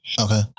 Okay